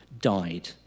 died